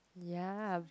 ya